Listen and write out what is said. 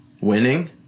winning